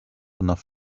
enough